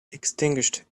extinguished